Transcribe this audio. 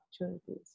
opportunities